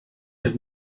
have